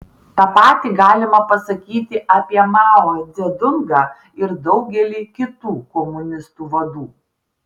tą patį galima pasakyti apie mao dzedungą ir daugelį kitų komunistų vadų